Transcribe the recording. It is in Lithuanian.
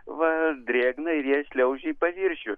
va drėgna ir jie šliaužia į paviršių